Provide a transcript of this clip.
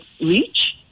reach